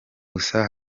gusa